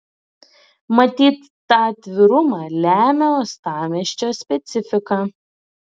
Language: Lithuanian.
matyt tą atvirumą lemia uostamiesčio specifika